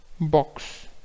box